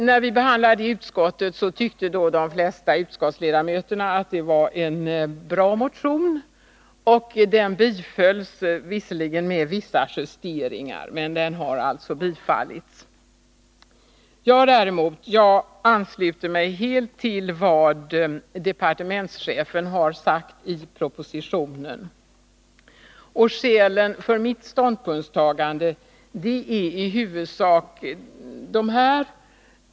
När vi behandlade ärendet i utskottet tyckte de flesta utskottsledamöterna att det var en bra motion, och den tillstyrktes, om också med vissa justeringar. Jag däremot ansluter mig helt till vad departementschefen har sagt i propositionen, och skälen för mitt ståndpunktstagande är i huvudsak följande.